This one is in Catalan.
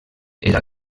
era